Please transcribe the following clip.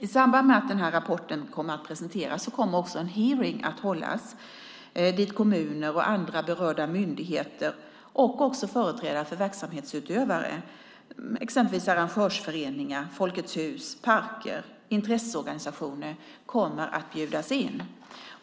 I samband med att rapporten presenteras kommer också en hearing att hållas, dit kommuner och andra berörda myndigheter liksom företrädare för verksamhetsutövare - arrangörsföreningar, Folkets Hus, parker och intresseorganisationer - kommer att bjudas in.